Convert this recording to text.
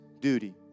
duty